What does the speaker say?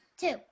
two